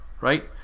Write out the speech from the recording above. right